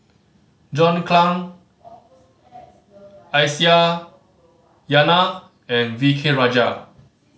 John Clang Aisyah Lyana and V K Rajah